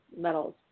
metals